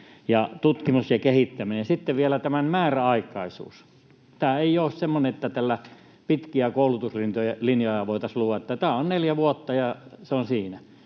tutkimus ja kehittäminen. Sitten vielä tämän määräaikaisuus: Tämä ei ole semmoinen, että tällä pitkiä koulutuslinjoja voitaisiin luoda. Tämä on neljä vuotta, ja se on siinä.